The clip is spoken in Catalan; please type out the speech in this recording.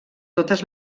totes